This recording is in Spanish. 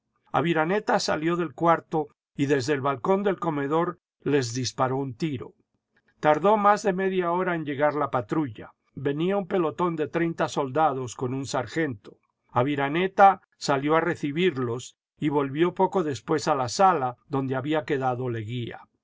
aviranetib salió del cuarto y desde el balcón del comedor les disparó un tiro tardó más de media hora en llegar la patrulla venía un pelotón de treinta soldados con un sargento aviraneta salió a recibirlos y volvió poco después a la sala donde había quedado leguía